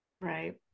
Right